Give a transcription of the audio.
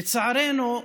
לצערנו,